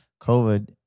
COVID